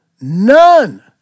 None